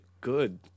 good